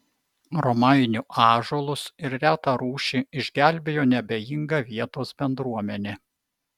romainių ąžuolus ir retą rūšį išgelbėjo neabejinga vietos bendruomenė